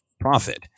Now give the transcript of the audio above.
profit